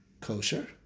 Kosher